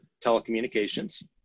telecommunications